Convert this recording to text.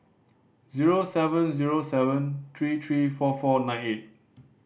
zero seven zero seven three three four four nine eight